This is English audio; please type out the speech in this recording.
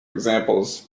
examples